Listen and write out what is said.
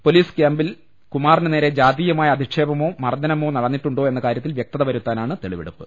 police ക്യാമ്പിൽ കുമാറിന് നേരെ ജാതീയമായ് അധിക്ഷേപമോ മർദ്ധനമോ നടന്നിട്ടുണ്ടോ എന്ന കാര്യത്തിൽ വ്യക്തത വരുത്താനാണ് തെളിവെടുപ്പ്